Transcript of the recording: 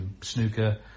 snooker